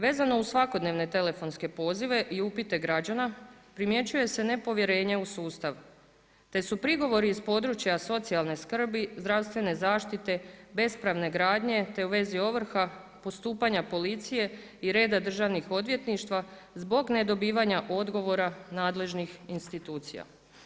Vezano uz svakodnevne telefonske pozive i upite građana primjećuje se nepovjerenje u sustav, te su prigovori iz područja socijalne skrbi, zdravstvene zaštite, bespravne gradnje, te u vezi ovrha, postupanja policije i reda državnih odvjetništva zbog nedobivanja odgovora nadležnih institucija.